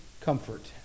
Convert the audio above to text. comfort